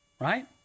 Right